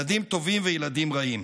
/ ילדים טובים וילדים רעים,